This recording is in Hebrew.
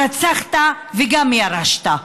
הרצחת וגם ירשת.